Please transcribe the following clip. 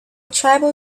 tribal